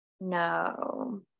No